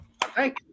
thank